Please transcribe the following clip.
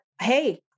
Hey